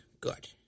good